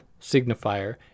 signifier